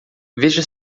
veja